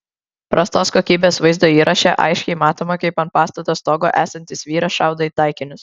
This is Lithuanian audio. prastos kokybės vaizdo įraše aiškiai matoma kaip ant pastato stogo esantis vyras šaudo į taikinius